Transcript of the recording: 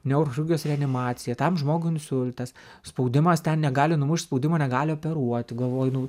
neurochirurgijos reanimaciją tam žmogui insultas spaudimas ten negali numušt spaudimo negali operuot galvoju nu